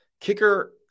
Kicker